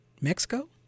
Mexico